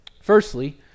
Firstly